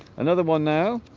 another one now